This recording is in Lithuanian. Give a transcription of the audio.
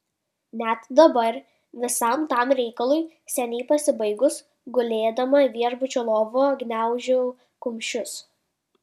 net dabar visam tam reikalui seniai pasibaigus gulėdama viešbučio lovoje gniaužau kumščius